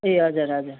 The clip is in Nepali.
ए हजुर हजुर